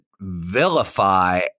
vilify